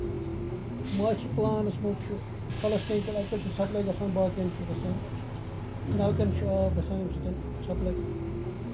master plans منٛز چھُ آلسٹینگ پٮ۪ٹھ اَتہِ پٮ۪ٹھ چھُ سَپلے گژھان باقین چھُ گژھان نَلکن چھُ آب گژھان اَمہِ سۭتۍ سَپلٕے